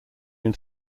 only